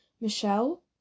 Michelle